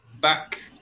back